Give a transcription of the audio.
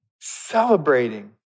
celebrating